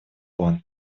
план